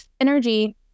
energy